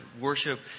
worship